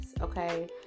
okay